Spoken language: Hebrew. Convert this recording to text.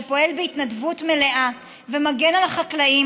שפועל בהתנדבות מלאה ומגן על החקלאים,